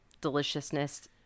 deliciousness